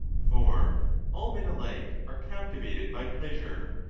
for all men alike are captivated by pleasure,